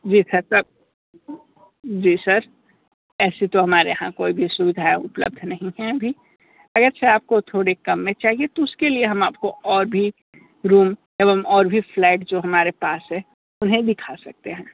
जी sir जी sir ऐसी तो हमारे यहाँ कोई भी सुविधाएँ उपलब्ध नहीं हैं अभी अगर से आपको थोड़ी कम में चाहिए तो उसके लिए हम आपको और भी रूम एवं और भी फ्लैट जो हमारे पास हैं उन्हें दिखा सकते हैं